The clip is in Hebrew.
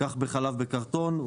כך בחלב בקרטון,